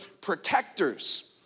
protectors